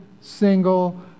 single